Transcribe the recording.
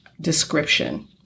description